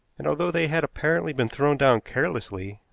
and, although they had apparently been thrown down carelessly,